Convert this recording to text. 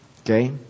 Okay